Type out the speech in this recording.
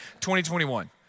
2021